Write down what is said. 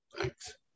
Thanks